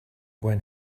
when